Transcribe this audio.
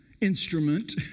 instrument